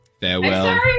Farewell